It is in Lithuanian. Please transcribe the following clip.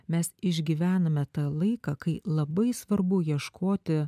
mes išgyvename tą laiką kai labai svarbu ieškoti